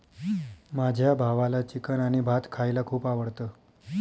माझ्या भावाला चिकन आणि भात खायला खूप आवडतं